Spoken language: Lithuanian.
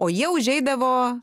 o jie užeidavo